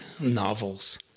novels